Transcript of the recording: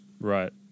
Right